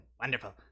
Wonderful